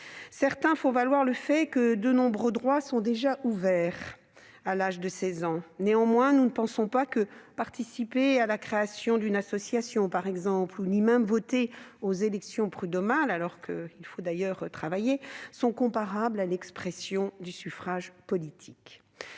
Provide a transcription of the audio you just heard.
Certains font valoir le fait que de nombreux droits sont déjà ouverts à l'âge de 16 ans ; néanmoins, nous ne pensons pas que participer à la création d'une association ni même voter aux élections prud'homales- pour les jeunes qui travaillent -est comparable avec l'expression du suffrage politique.